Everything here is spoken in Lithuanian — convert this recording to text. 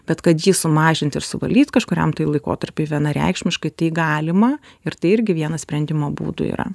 bet kad jį sumažint ir suvaldyt kažkuriam tai laikotarpiui vienareikšmiškai galima ir tai irgi vienas sprendimo būdų yra